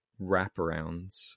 wraparounds